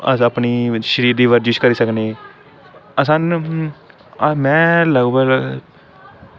अस अपनी शरीर दी बर्जश करी सकनें सानू अह में लगभग